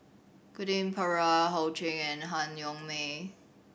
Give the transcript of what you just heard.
Quentin Pereira Ho Ching and Han Yong May